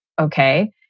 okay